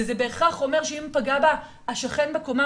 וזה בהכרח אומר שאם פגע בה השכן בקומה